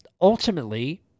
ultimately